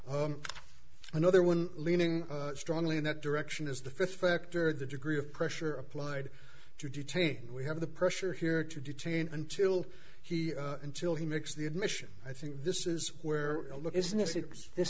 another one leaning strongly in that direction is the fifth factor the degree of pressure applied to detain we have the pressure here to detain until he until he makes the admission i think this is where